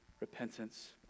repentance